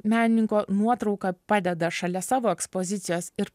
menininko nuotrauką padeda šalia savo ekspozicijos ir